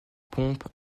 pompe